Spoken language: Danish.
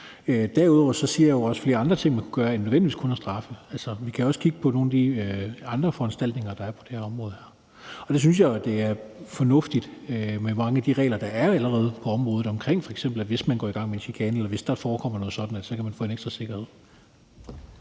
Derudover nævner jeg jo også flere andre ting, man kunne gøre, end nødvendigvis kun at straffe. Vi kan også kigge på nogle af de andre foranstaltninger, der er på det område her, og der synes jeg jo, det er fornuftigt med mange af de regler, der allerede er på området, f.eks. i forhold til at hvis nogen går i gang med chikane, eller hvis der forekommer noget sådant, kan man få en ekstra sikkerhed.